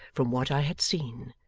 from what i had seen.